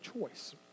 choice